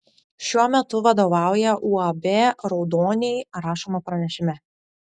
šiuo metu vadovauja uab raudoniai rašoma pranešime